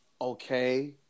okay